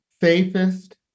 safest